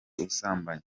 ubusambanyi